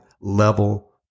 level